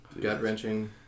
Gut-wrenching